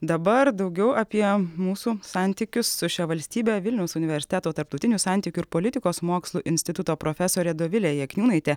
dabar daugiau apie mūsų santykius su šia valstybe vilniaus universiteto tarptautinių santykių ir politikos mokslų instituto profesorė dovilė jakniūnaitė